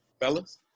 Fellas